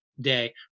day